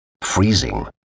Freezing